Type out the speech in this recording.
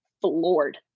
floored